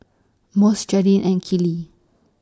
Mose Jadyn and Keely